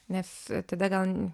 nes tada gal